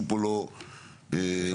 אז זה ייעשה מיד אחר כך באיזה שהיא תקופה.